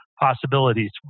possibilities